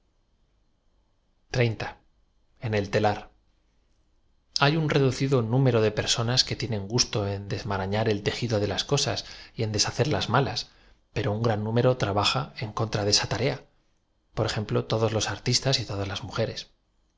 telar h a y qd reducido número de personas que tienen gusto en desmarañar el tejido de las cosas y en desba cer las malas pero un gran número trabaja en con tra de esta tarea por ejemplo todos los artistas y to das las mujeres